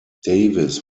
davis